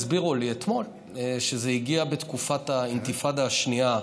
הסבירו לי אתמול שזה הגיע בתקופת האינתיפאדה השנייה,